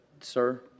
sir